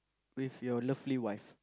with your lovely wife